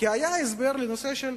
כי היה הסבר לנושא של